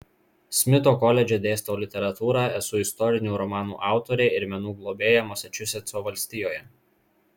smito koledže dėstau literatūrą esu istorinių romanų autorė ir menų globėja masačusetso valstijoje